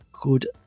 good